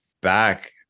back